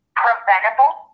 preventable